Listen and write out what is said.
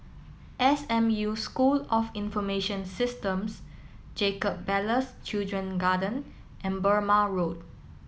S M U School of Information Systems Jacob Ballas Children's Garden and Burmah Road